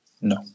no